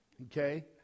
Okay